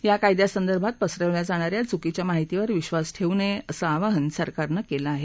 या कायद्यासंदर्भात पसरवल्या जाणाऱ्या चुकीच्या माहितीवर विश्वास ठेवू नये असं आवाहन सरकारनं केलं आहे